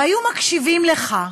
והיו מקשיבים לך,